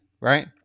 right